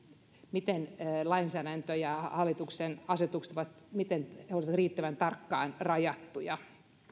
miten lainsäädäntö ja hallituksen asetukset ovat riittävän tarkkaan rajattuja